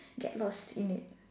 get lost in it